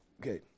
Okay